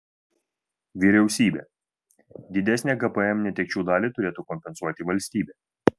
vyriausybė didesnę gpm netekčių dalį turėtų kompensuoti valstybė